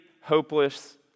hopeless